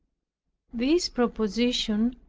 this proposition,